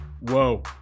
Whoa